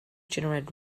generated